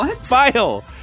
file